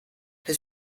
his